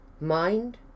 Mind